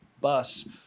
bus